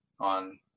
on